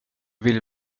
vill